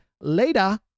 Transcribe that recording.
Later